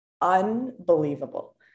unbelievable